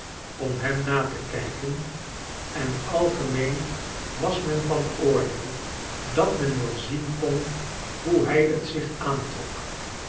om hem na te kijken en algemeen was men van oordeel dat men wel zien kon hoe hij t zich aantrok